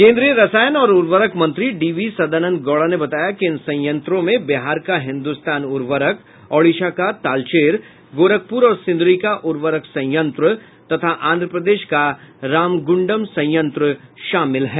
केन्द्रीय रसायन और उर्वरक मंत्री डी वी सदानन्द गौड़ा ने बताया कि इन संयंत्रों में बिहार का हिन्दुस्तान उर्वरक ओड़िशा का तालचेर गोरखपुर और सिंधरी का उर्वरक संयंत्र तथा आंध्र प्रदेश का रामगुंडम संयंत्र शामिल है